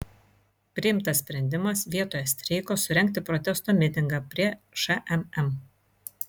priimtas sprendimas vietoje streiko surengti protesto mitingą prie šmm